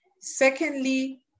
Secondly